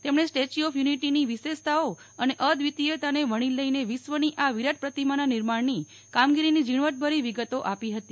તેમણે statue of યુનિટીની વિશેષતાઓ અને અદ્વિતિયતાને વણી લઇનેવિશ્વની આ વિરાટ પ્રતિમાના નિર્માણની કામગીરીની ઝીણવટભરી વિગતો આપી હતી